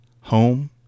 home